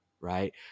right